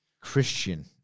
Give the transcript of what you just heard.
Christian